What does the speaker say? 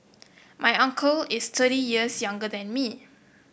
my uncle is thirty years younger than me